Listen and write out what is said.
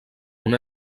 una